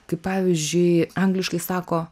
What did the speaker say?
kaip pavyzdžiui angliškai sako